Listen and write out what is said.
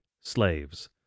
slaves